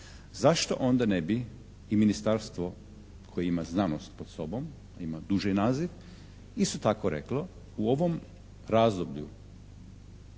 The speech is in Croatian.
Zašto onda ne bi i ministarstvo koje ima znanost pod sobom, a ima duži naziv isto tako reklo u ovom razdoblju